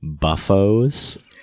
Buffos